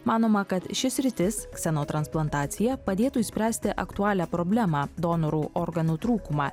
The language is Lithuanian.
manoma kad ši sritis ksenotransplantacija padėtų išspręsti aktualią problemą donorų organų trūkumą